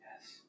Yes